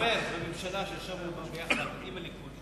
בממשלה שישבנו בה יחד עם הליכוד,